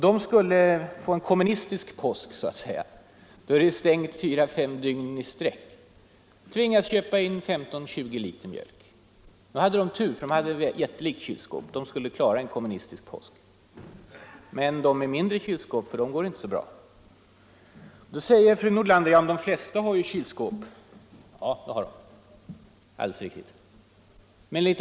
De skulle under en kommunistisk påsk med stängt fyra fem dygn i sträck tvingas köpa in 15-20 liter mjölk. Nu har de tur, för de har ett jättelikt kylskåp. De skulle klara en kommunistisk påsk. Men för dem med mindre kylskåp går det inte lika bra. Nu säger fru Nordlander att de flesta har kylskåp. Ja, det är alldeles riktigt.